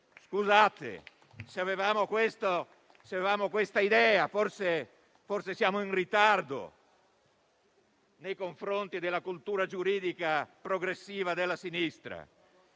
Scusate se avevamo questa idea, forse siamo in ritardo nei confronti della cultura giuridica progressiva della sinistra.